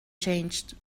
changed